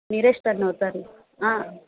మీరే స్టన్ అవుతారు